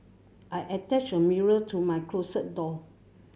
I attached a mirror to my closet door